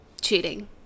cheating